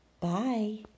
Bye